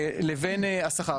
לבין השכר.